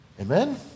amen